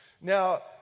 Now